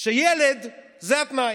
שילד זה התנאי.